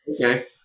Okay